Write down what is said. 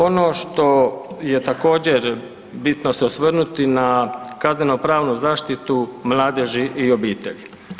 Ono što je također bitno se osvrnuti na kazneno pravnu zaštitu mladeži i obitelji.